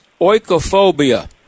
oikophobia